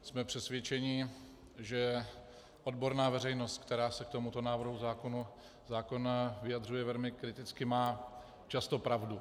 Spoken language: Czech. Jsme přesvědčeni, že odborná veřejnost, která se k tomuto návrhu zákona vyjadřuje velmi kriticky, má často pravdu.